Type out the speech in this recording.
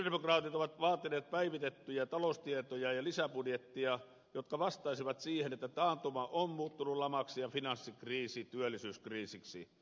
sosialidemokraatit ovat vaatineet päivitettyjä taloustietoja ja lisäbudjettia jotka vastaisivat siihen että taantuma on muuttunut lamaksi ja finanssikriisi työllisyyskriisiksi